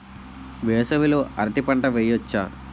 వేసవి లో అరటి పంట వెయ్యొచ్చా?